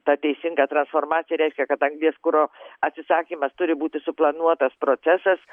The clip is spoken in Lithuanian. ta teisinga transformacija reiškia kad anglies kuro atsisakymas turi būti suplanuotas procesas